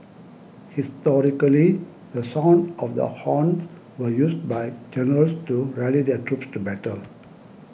historically the sound of the horns were used by generals to rally their troops to battle